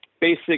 basic